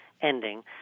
ending